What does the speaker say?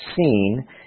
seen